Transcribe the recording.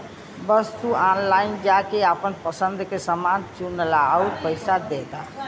बस तू ऑनलाइन जाके आपन पसंद के समान चुनला आउर पइसा दे दा